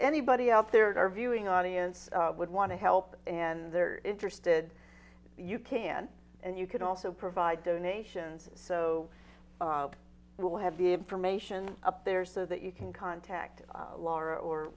anybody out there in our viewing audience would want to help and they're interested you can and you can also provide donations so we will have the information up there so that you can contact laura or